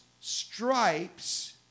stripes